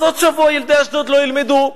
אז עוד שבוע ילדי אשדוד לא ילמדו,